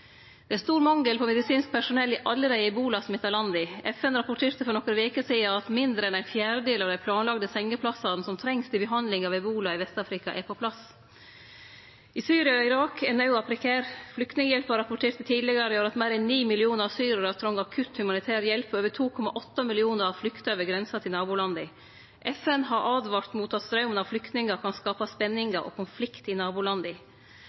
Det er stor mangel på medisinsk personell i alle dei ebolasmitta landa. FN rapporterte for nokre veker sidan at mindre enn ein fjerdedel av dei planlagde sengeplassane som trengst til behandling av ebola i Vest-Afrika, er på plass. I Syria og Irak er nauda prekær. Flyktninghjelpen rapporterte tidlegare i år at meir enn 9 millionar syrarar trong akutt humanitær hjelp og over 2,8 millionar har flykta over grensa til nabolanda. FN har åtvara mot at straumen av flyktningar kan skape spenningar og konflikt i nabolanda.